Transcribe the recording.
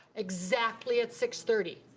exactly at six thirty.